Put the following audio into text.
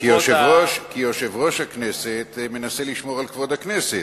כי יושב-ראש הכנסת מנסה לשמור על כבוד הכנסת.